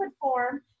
form